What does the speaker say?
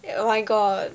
ya oh my god